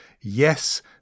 Yes